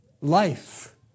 Life